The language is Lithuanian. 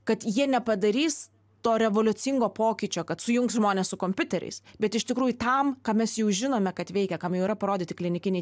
kad jie nepadarys to revoliucingo pokyčio kad sujungs žmones su kompiuteriais bet iš tikrųjų tam ką mes jau žinome kad veikia kam yra parodyti klinikiniai